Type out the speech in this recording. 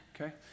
okay